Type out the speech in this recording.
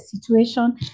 situation